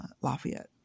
Lafayette